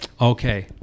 okay